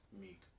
Meek